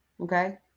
Okay